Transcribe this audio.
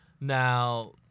Now